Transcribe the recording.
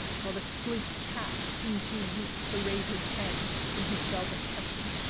while the sleek cat seemed too weak to raise his head from his velvet cushion.